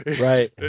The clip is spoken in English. Right